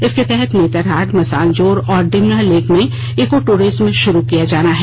इसके तहत नेतरहाट मसानजोर और डिमना लेक में इको टूरिज्म भा़रू किया जाना है